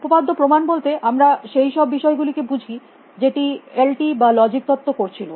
উপপাদ্য় প্রমাণ বলতে আমরা সেই সব বিষয় গুলিকে বুঝি যেটি এল টি বা লজিক তত্ত্ব করছিল